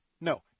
No